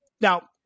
now